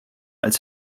als